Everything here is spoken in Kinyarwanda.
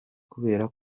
kubera